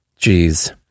Jeez